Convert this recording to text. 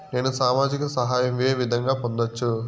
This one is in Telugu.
నేను సామాజిక సహాయం వే విధంగా పొందొచ్చు?